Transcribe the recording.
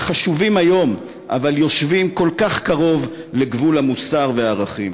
שהם חשובים היום אבל יושבים כל כך קרוב לגבול המוסר והערכים.